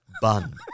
bun